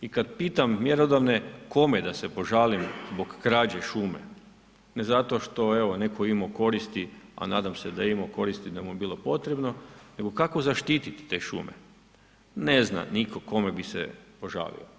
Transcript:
I kad pitam mjerodavne kome da se požalim zbog krađe šume ne zato što je evo netko imao koristi a nadam se da je imao koristi, da mu je bilo potrebno, nego kako zaštititi te šume. ne za nitko kome bi se požalio.